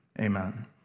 amen